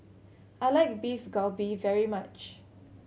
I like Beef Galbi very much